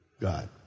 God